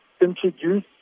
introduce